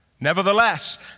Nevertheless